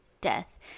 death